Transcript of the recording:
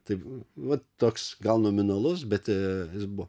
tai vat toks gal nominalus bet jis buvo